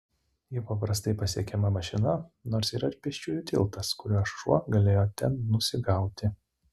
ji paprastai pasiekiama mašina nors yra ir pėsčiųjų tiltas kuriuo šuo galėjo ten nusigauti